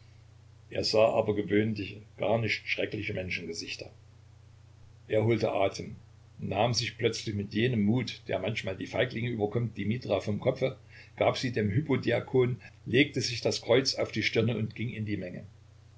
er sah aber gewöhnliche gar nicht schreckliche menschengesichter er holte atem nahm sich plötzlich mit jenem mut der manchmal die feiglinge überkommt die mithra vom kopfe gab sie dem hypodiakon legte sich das kreuz auf die stirne und ging in die menge